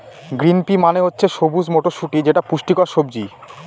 green pea মানে হচ্ছে সবুজ মটরশুটি যেটা পুষ্টিকর সবজি